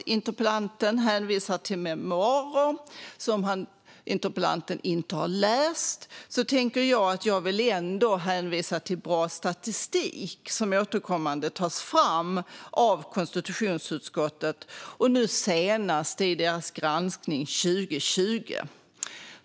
Interpellanten hänvisar till memoarer som han inte har läst. Jag vill då hänvisa till bra statistik som återkommande tas fram av konstitutionsutskottet, nu senast i utskottets granskning 2020.